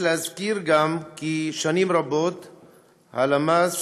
יש להזכיר גם כי שנים רבות הלמ"ס,